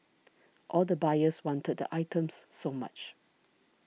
all the buyers wanted the items so much